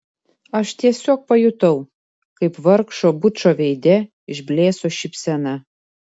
aš tiesiog pajutau kaip vargšo bučo veide išblėso šypsena